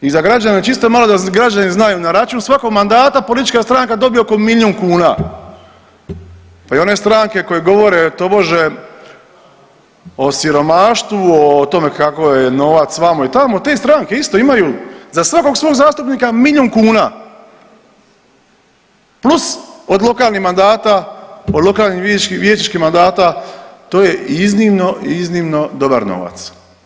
I za građane čisto malo da građani znaju na račun svakog mandata politička stranka dobije oko milijun kuna pa i one stranke koje govore tobože o siromaštvu o tome kako je novac vamo i tamo te stranke isto imaju za svakog svog zastupnika milijun kuna plus od lokalnih mandata, od lokalnih vijećničkih mandata, to je iznimno, iznimno dobar novac.